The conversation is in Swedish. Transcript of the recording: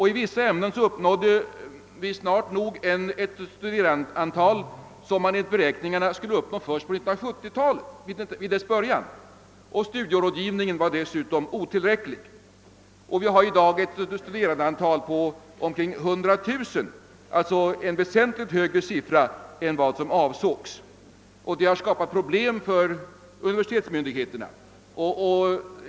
I vissa ämnen uppnådde man snart nog ett studerandeantal, som enligt beräkningarna skulle uppnås först i början av 1970-talet. Studierådgivningen var dessutom otillräcklig. Vi har i dag ett studerandeantal på omkring 100 000, alltså en väsentligt högre siffra än vad som förutsågs, och detta har skapat problem för universitetsmyndigheten.